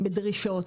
בדרישות.